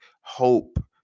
hope